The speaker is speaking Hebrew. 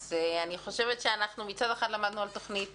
אז אני חושבת שאנחנו מצד אחד למדנו על תוכנית